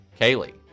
Kaylee